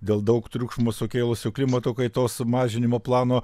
dėl daug triukšmo sukėlusio klimato kaitos mažinimo plano